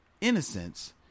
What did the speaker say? innocence